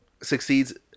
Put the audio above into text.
succeeds